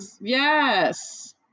yes